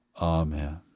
Amen